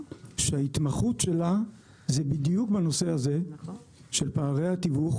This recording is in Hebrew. שההתמחות שלה זה בדיוק בנושא הזה של פערי התיווך